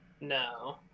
No